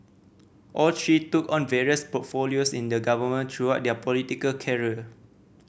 all three took on various portfolios in the government throughout their political career